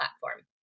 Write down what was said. platform